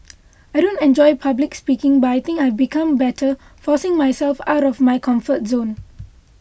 I don't enjoy public speaking but I think I've become better forcing myself out of my comfort zone